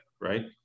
right